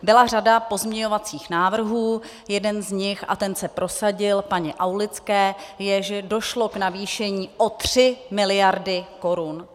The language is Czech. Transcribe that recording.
Byla řada pozměňovacích návrhů, jeden z nich, a ten se prosadil, paní Aulické, je, že došlo k navýšení o 3 mld. korun.